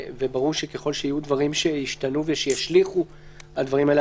וברור שככל שיהיו דברים שישתנו ושישליכו על הדברים האלה,